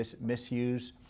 misuse